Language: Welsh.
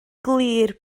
glir